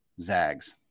Zags